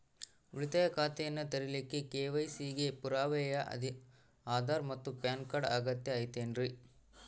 ಉಳಿತಾಯ ಖಾತೆಯನ್ನ ತೆರಿಲಿಕ್ಕೆ ಕೆ.ವೈ.ಸಿ ಗೆ ಪುರಾವೆಯಾಗಿ ಆಧಾರ್ ಮತ್ತು ಪ್ಯಾನ್ ಕಾರ್ಡ್ ಅಗತ್ಯ ಐತೇನ್ರಿ?